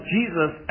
Jesus